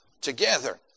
together